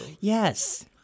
Yes